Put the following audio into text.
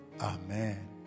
Amen